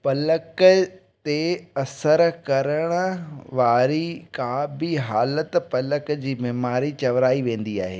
पलक ते असर करण वारी का बि हालति पलक जी बीमारी चवराईं वेंदी आहे